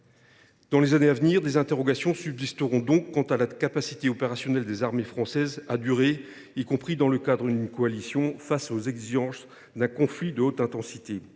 dans les années à venir, des interrogations subsisteront quant à la capacité réelle des armées françaises à durer, y compris dans le cadre d’une coalition, face aux exigences d’un conflit de haute intensité